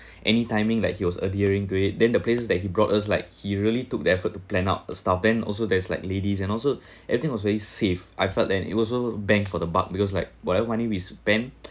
any timing like he was adhering to it then the places that he brought us like he really took the effort to plan out the stuff then also there's like ladies and also everything was very safe I felt that it also bang for the buck because like whatever money we spend